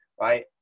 right